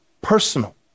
personal